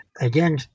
again